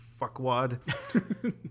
fuckwad